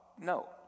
No